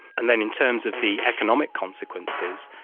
and then in terms of the economic consequences,